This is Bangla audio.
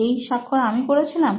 এই স্বাক্ষর আমি করেছিলাম